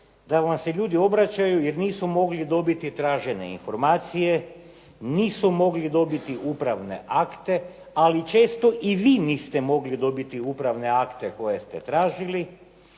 da vam se ljudi obraćaju, jer nisu mogli dobiti tražene informacije, nisu mogli dobiti upravne akte, ali često i vi niste mogli dobiti upravne akte koje ste tražili.